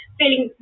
feeling